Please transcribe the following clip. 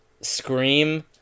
Scream